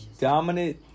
dominant